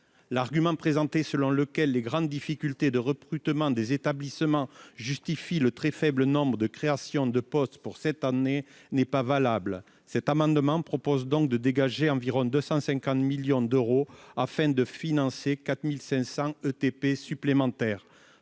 L'argument présenté selon lequel les grandes difficultés de recrutement des établissements justifient le très faible nombre de créations de postes pour cette année n'est pas valable. Cet amendement vise à dégager environ 250 millions d'euros afin de financer 4 500 ETP supplémentaires.